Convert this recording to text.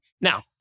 Now